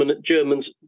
German's